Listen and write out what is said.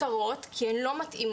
מפוטרות כי הן לא מתאימות,